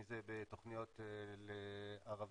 אם זה בתוכניות לערבים,